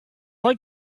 like